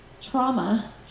Trauma